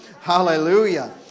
Hallelujah